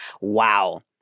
Wow